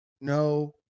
No